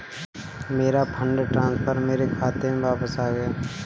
मेरा fund transfer मेरे खाते में वापस आ गया है